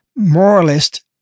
moralist